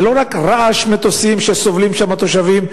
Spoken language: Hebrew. זה לא רק רעש מטוסים שסובלים שם התושבים,